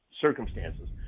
circumstances